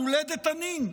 על הולדת הנין.